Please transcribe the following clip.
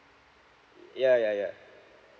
yeah yeah yeah